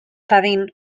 dadin